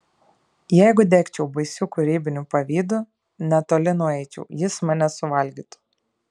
jeigu degčiau baisiu kūrybiniu pavydu netoli nueičiau jis mane suvalgytų